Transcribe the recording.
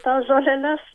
tas žoleles